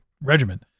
regimen